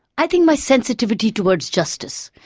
i think my sensitivity towards justice,